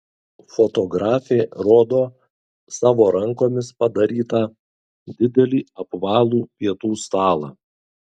fotografė rodo savo rankomis padarytą didelį apvalų pietų stalą